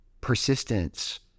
persistence